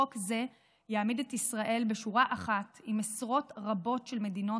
חוק זה יעמיד את ישראל בשורה אחת עם עשרות רבות של מדינות